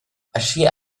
aschia